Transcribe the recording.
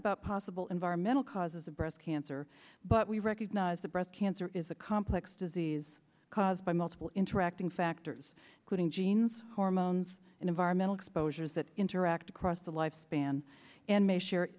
about possible environmental causes of breast cancer but we recognize that breast cancer is a complex disease caused by multiple interacting factors including genes hormones and environmental exposures that interact across the lifespan and ma